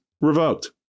revoked